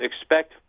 expect